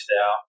out